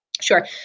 Sure